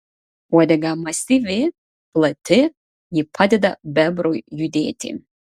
uodega masyvi plati ji padeda bebrui judėti